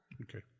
Okay